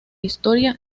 historia